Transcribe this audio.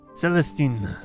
Celestine